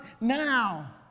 now